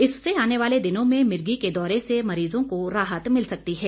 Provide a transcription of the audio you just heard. इससे आने वाले दिनों में मिर्गी के दौरे से मरीजों को राहत मिल सकती है